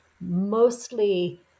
mostly